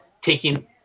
taking